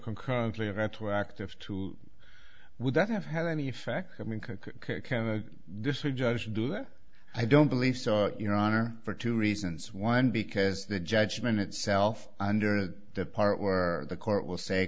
concurrently of retroactive to would that have had any effect i mean can a judge do that i don't believe so your honor for two reasons one because the judgment itself under the part where the court will say